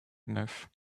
neuf